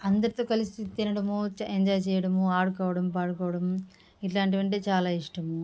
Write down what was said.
అందరితో కలిసి తినడము ఎంజాయ్ చేయడము ఆడుకోవడం పాడుకోవడం ఇట్లాంటివంటే చాలా ఇష్టము